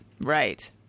Right